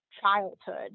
childhood